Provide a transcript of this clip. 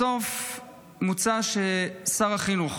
בסוף מוצע ששר החינוך,